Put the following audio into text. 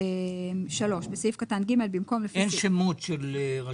לקריאה השנייה והשלישית נבקש לעשות שינויים.